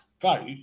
vote